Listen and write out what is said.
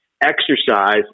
exercise